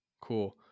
Cool